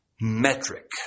metric